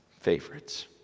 Favorites